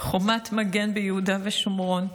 חומת מגן ביהודה ושומרון.